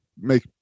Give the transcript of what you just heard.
make